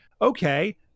okay